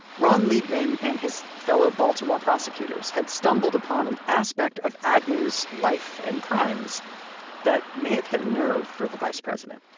ron liebman and his fellow baltimore prosecutors had stumbled upon an aspect of agnew's life-and-crimes that may have hit a nerve for the vice president